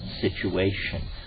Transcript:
situation